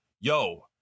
yo